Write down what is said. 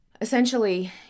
Essentially